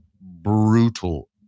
brutal